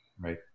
Right